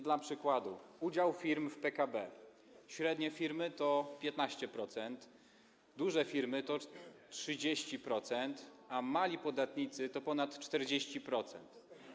Dla przykładu, udział firm w PKB - średnie firmy to 15%, duże firmy to 30%, a mali podatnicy to ponad 40%.